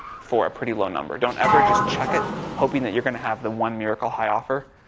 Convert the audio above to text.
for a pretty low number. don't ever just check it hoping that you're going to have the one miracle high offer.